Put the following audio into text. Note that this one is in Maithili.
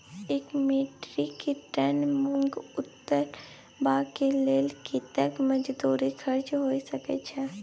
एक मेट्रिक टन मूंग उतरबा के लेल कतेक मजदूरी खर्च होय सकेत छै?